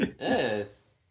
Yes